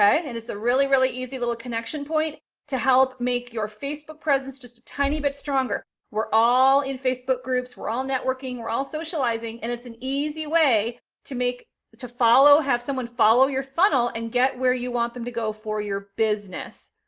and it's a really, really easy little connection point to help make your facebook presence just a tiny bit stronger. we're all in facebook groups, we're all networking, we're all socializing, and it's an easy way to make to follow, have someone follow your funnel and get where you want them to go for your business.